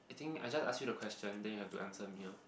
think I just ask you the question then you have to answer me orh